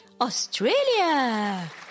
Australia